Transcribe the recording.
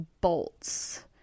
bolts